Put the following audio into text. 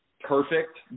perfect